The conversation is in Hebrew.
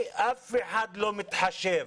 אף אחד לא מתחשב